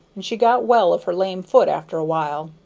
and she got well of her lame foot after a while.